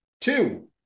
two